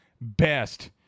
best